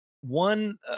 One